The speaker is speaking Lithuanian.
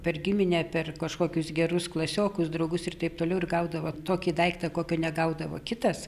per giminę per kažkokius gerus klasiokus draugus ir taip toliau ir gaudavo tokį daiktą kokio negaudavo kitas